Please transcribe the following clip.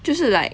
就是 like